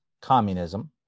communism